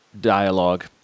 dialogue